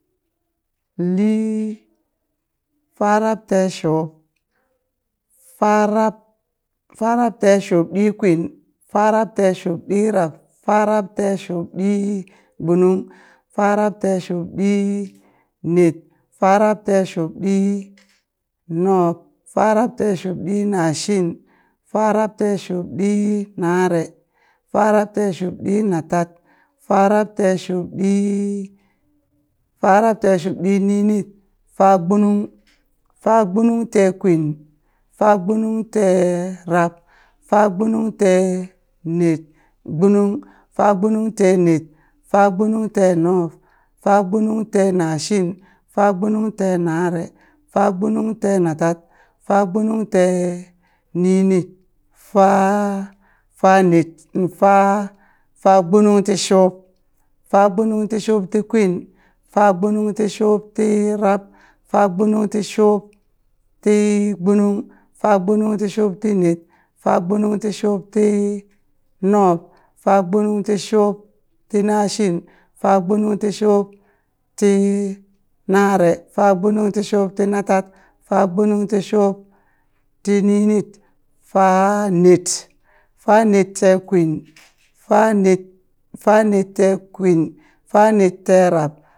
Niii farabteeshub, farab farabteeshubdikwin, farabteeshubdirab, farabteeshubdigbunung, farabteeshubdinet, farabteeshubdinub. farabteeshubdinashin, farabteeshubdinare, farabteeshubdinatad, farabteeshubdi, farabteeshubdininit. fagbunung, fagbunungteekwin, fagbunungteerab, fagbunungteenet gbunung, fagbunungteened, fagbunungteenub, fagbunungteenashin, fagbunungteenare, fagbunungteenatad, fagbunungteeninit, faa faa ned n fa fagbunungtishub, fagbunungtishubtikwin, fagbunungtishubtirab, fagbunungtishubtigbunung, fagbunungtishubtined, fagbunungtishubtinub, fagbunungtishubtinashin, fagbunungtishubtinare, fagbunungtishubtinatad, fagbunungtishubtininit, faned, fanedtekwin faned fanedtekwin, fanedteerab